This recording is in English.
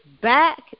back